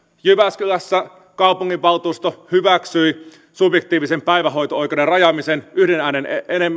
jyväskylässä kaupunginvaltuusto hyväksyi subjektiivisen päivähoito oikeuden rajaamisen yhden äänen